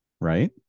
right